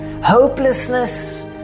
hopelessness